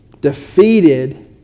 defeated